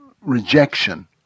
rejection